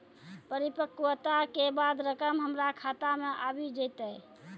परिपक्वता के बाद रकम हमरा खाता मे आबी जेतै?